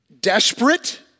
desperate